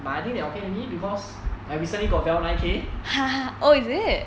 but I think they are okay with me because I recently got dell nine K